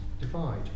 divide